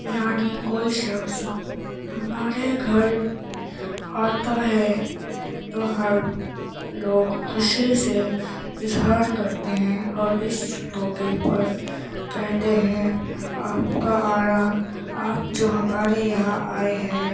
یعنی کوئی شخص ہمارے گھر آتا ہے تو ہم لوگ خوشی سے اظہار کرتے ہیں اور اس موقع پر کہتے ہیں آپ کا آنا آپ جو ہمارے یہاں آئے ہیں